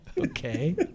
Okay